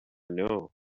know